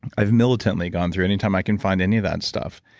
i've militantly gone through anytime i can find any of that stuff.